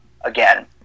again